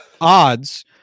odds